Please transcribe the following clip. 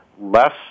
less